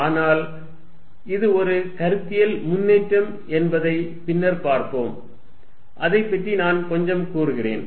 ஆனால் இது ஒரு கருத்தியல் முன்னேற்றம் என்பதை பின்னர் பார்ப்போம் அதைப் பற்றி நான் கொஞ்சம் கூறுகிறேன்